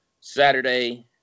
Saturday